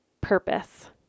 purpose